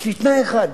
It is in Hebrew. יש לי תנאי אחד,